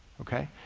okay?